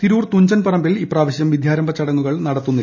തിരൂർ തുഞ്ചൻ പറമ്പിൽ ഇപ്രാവശ്യം വിദ്യാരംഭ ചടങ്ങുകൾ നടത്തുന്നില്ല